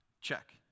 Check